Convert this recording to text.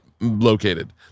located